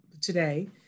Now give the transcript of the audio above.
today